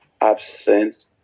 absent